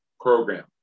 program